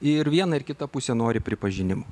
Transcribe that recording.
ir viena ir kita pusė nori pripažinimo